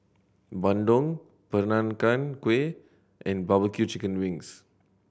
bandung Peranakan Kueh and bbq chicken wings